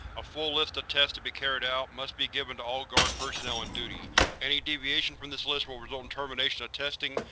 a full list of tests to be carried out must be given to all guard personnel on duty any deviation from this list will result in termination of testing,